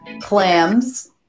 Clams